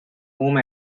home